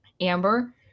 Amber